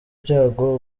ibyago